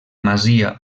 masia